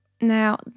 Now